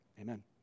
Amen